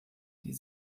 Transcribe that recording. die